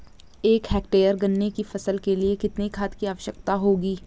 एक हेक्टेयर गन्ने की फसल के लिए कितनी खाद की आवश्यकता होगी?